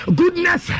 goodness